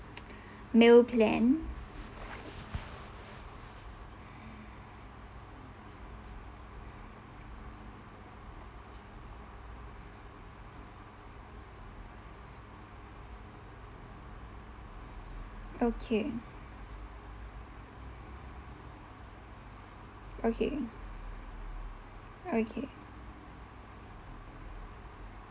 meal plan okay okay okay